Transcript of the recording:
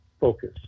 focus